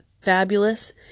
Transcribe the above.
fabulous